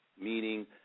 meaning